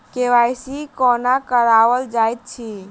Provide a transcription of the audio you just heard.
KYC कोना कराओल जाइत अछि?